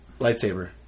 Lightsaber